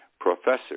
Professor